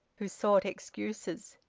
who sought excuses.